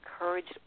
encouraged